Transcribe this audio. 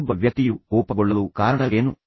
ಇನ್ನೊಬ್ಬ ವ್ಯಕ್ತಿಯು ಕೋಪಗೊಳ್ಳಲು ಕಾರಣವೇನು